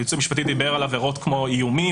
הייעוץ המשפטי דיבר על עבירות כמו איומים